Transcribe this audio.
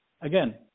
Again